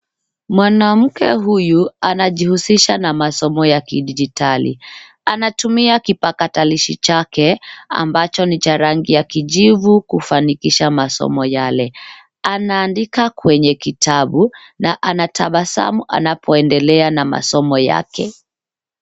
Mwanamke huyu anajihusisha na masomo ya kidijitali. Anatumia kipakatalishi chake ambacho ni cha rangi ya kijivu kufanikisha masomo yale. Anaandika kwenye kitabu na anatabasamu anapoendelea na masomo yake.